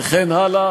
וכן הלאה